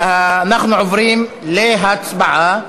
אנחנו עוברים להצבעה.